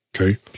Okay